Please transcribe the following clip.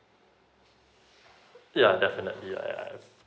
yeah definitely yeah yeah I have